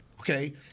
okay